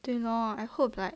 对咯 I hope like